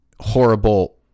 horrible